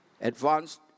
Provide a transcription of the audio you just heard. advanced